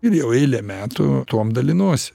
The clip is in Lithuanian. ir jau eilę metų tuom dalinuos